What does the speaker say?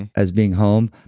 as being home,